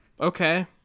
Okay